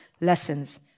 lessons